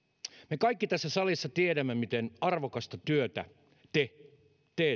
me kaikki tässä salissa tiedämme miten arvokasta työtä te te